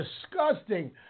disgusting